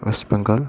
west Bengal